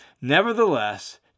Nevertheless